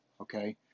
Okay